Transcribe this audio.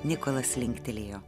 nikolas linktelėjo